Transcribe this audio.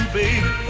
baby